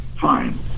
fine